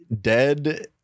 dead